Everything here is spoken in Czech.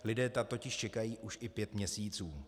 Lidé tam totiž čekají už i pět měsíců.